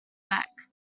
beck